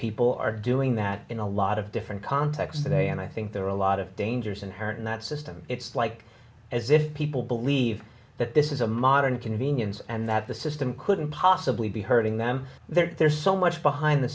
people are doing that in a lot of different contexts today and i think there are a lot of dangers inherent in that system it's like as if people believe that this is a modern convenience and that the system couldn't possibly be hurting them there's so much behind the